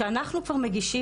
שאנחנו כבר מגישים